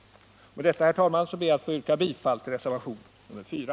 Med detta, herr talman, ber jag att få yrka bifall till reservationen 4.